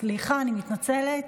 סליחה, אני מתנצלת.